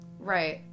Right